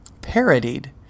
parodied